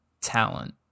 talent